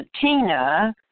Tina